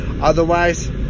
Otherwise